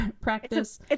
practice